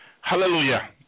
Hallelujah